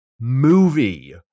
movie